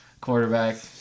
Quarterback